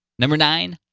number nine,